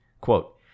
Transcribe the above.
Quote